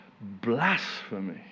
blasphemy